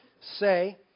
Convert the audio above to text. say